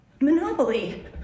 monopoly